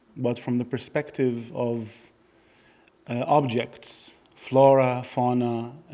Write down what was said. but from the perspective of objects, flora, fauna,